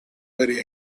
very